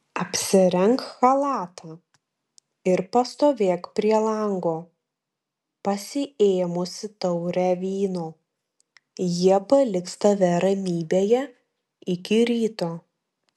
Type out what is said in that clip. apsirenk chalatą ir pastovėk prie lango pasiėmusi taurę vyno jie paliks tave ramybėje iki ryto